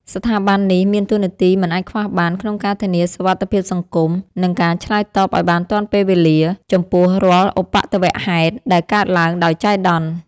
ស្ថាប័ននេះមានតួនាទីមិនអាចខ្វះបាន ក្នុងការធានាសុវត្ថិភាពសង្គម និងការឆ្លើយតបឱ្យបានទាន់ពេលវេលា ចំពោះរាល់ឧបទ្ទវហេតុដែលកើតឡើងដោយចៃដន្យ។